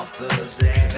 Thursday